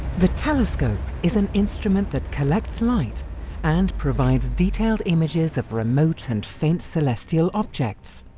the telescope is an instrument that collects light and provides detailed images of remote and faint celestial objects.